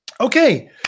Okay